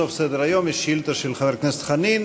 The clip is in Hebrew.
בסוף סדר-היום יש שאילתה של חבר הכנסת חנין.